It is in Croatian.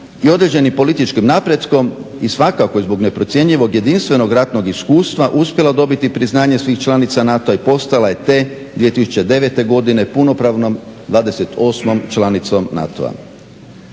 i određenim političkim napretkom i svakako i zbog neprocjenjivog jedinstvenog ratnog iskustva uspjela dobiti priznanje svih članica NATO-a i postala je te 2009. godine punopravnom 28. članicom NATO-a.